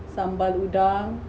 sambal udang